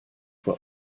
were